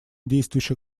действующих